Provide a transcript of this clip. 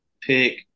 pick